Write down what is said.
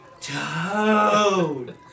toad